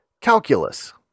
calculus